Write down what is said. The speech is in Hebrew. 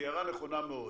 אבל היא הערה נכונה מאוד,